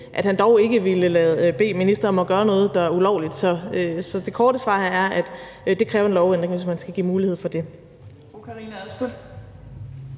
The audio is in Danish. at han dog ikke ville bede ministeren om at gøre noget, der er ulovligt. Så det korte svar her er, at det kræver en lovændring, hvis man skal give mulighed for det.